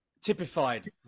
typified